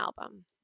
album